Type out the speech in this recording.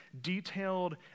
detailed